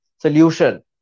solution